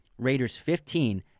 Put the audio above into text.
Raiders15